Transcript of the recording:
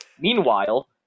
Meanwhile